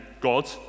God